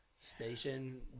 station